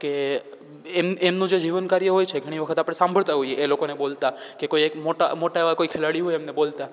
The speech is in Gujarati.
કે એમ એમનું જે જીવન કાર્ય હોય છે ઘણી વખત આપણે સાંભળતા હોઈએ એ લોકોને બોલતા કે કોઈ એક મોટા મોટા એવા ખિલાડી હોય એમને બોલતા